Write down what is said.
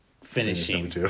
finishing